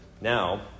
now